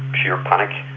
sheer panic.